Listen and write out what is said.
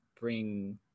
bring